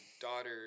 daughter